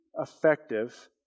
effective